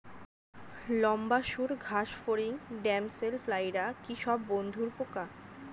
লম্বা সুড় ঘাসফড়িং ড্যামসেল ফ্লাইরা কি সব বন্ধুর পোকা?